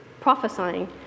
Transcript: prophesying